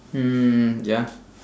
mm ya